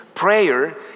prayer